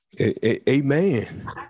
Amen